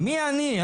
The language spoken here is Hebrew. מי אני?